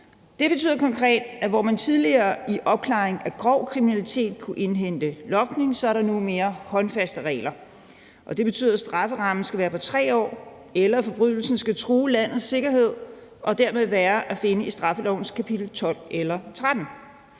Det betyder konkret, at hvor man tidligere i forbindelse med opklaringen af grov kriminalitet kunne indhente data fra logning, så er der nu mere håndfaste regler, og det betyder, at strafferammen skal være på 3 år, eller at forbrydelsen skal true landets sikkerhed og dermed være at finde i straffelovens kapitel 12 eller 13.